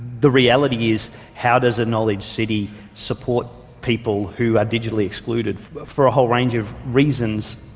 the reality is, how does a knowledge city support people who are digitally excluded for a whole range of reasons?